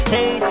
Hey